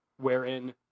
wherein